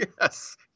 Yes